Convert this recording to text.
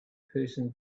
person